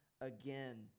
again